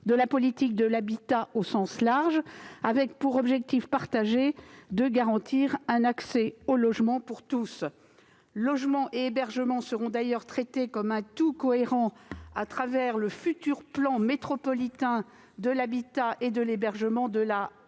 de la politique de l'habitat, au sens large, avec pour objectif partagé de garantir un accès au logement pour tous. Logement et hébergement seront d'ailleurs traités comme un tout cohérent au travers du futur plan métropolitain de l'habitat et de l'hébergement de la MGP.